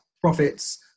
profits